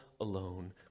alone